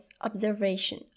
observation